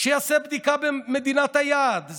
שיעשה בדיקה במדינת היעד.